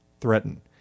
Threaten